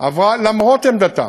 עברה למרות עמדתם.